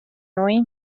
noi